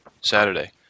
Saturday